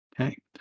Okay